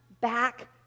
back